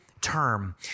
term